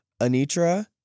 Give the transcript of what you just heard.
Anitra